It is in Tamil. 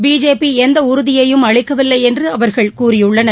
பிஜேபி எந்த உறுதியையும் அளிக்கவில்லை என்று அவர்கள் கூறியுள்ளனர்